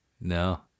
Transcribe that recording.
No